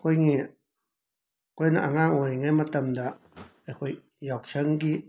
ꯑꯈꯣꯏꯒꯤ ꯑꯈꯣꯏꯅ ꯑꯉꯥꯡ ꯑꯣꯏꯔꯤꯉꯩ ꯃꯇꯝꯗ ꯑꯩꯈꯣꯏ ꯌꯥꯎꯁꯪꯒꯤ